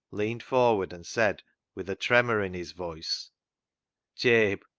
leaned forward and said with a tremor in his voice jabe,